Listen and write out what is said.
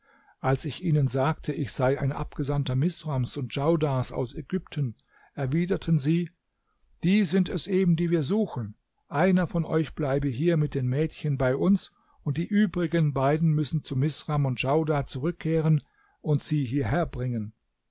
als ich ihnen sagte ich sei ein abgesandter misrams und djaudars aus ägypten erwiderten sie die sind es eben die wir suchen einer von euch bleibe hier mit den mädchen bei uns und die übrigen beiden müssen zu misram und djaudar zurückkehren und sie hierher bringen